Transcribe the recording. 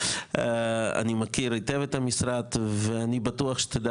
אני מכיר היטב את המשרד ואני בטוח שתדע